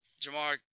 Jamar